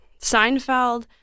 Seinfeld